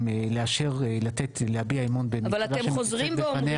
להביע אמון בממשלה שמוצגת בפניה או לא.